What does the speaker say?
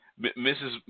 Mrs